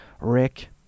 Rick